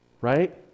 right